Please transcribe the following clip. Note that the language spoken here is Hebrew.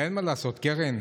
אין מה לעשות, קרן,